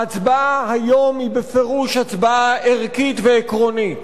ההצבעה היום היא בפירוש הצבעה ערכית ועקרונית.